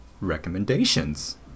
recommendations